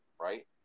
right